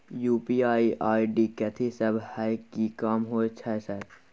UPI ID कथि सब हय कि काम होय छय सर?